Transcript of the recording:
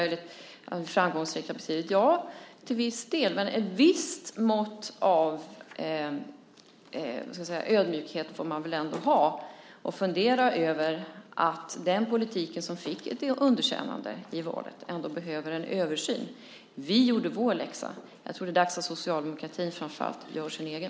Ja, så är det till viss del, men ett visst mått av ödmjukhet får man väl ändå ha och fundera över att den politik som fick ett underkännande i valet ändå behöver en översyn. Vi gjorde vår läxa. Jag tror att det är dags att framför allt socialdemokratin gör sin egen.